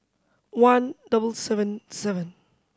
one double seven seven